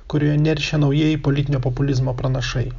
kurioje neršia naujieji politinio populizmo pranašai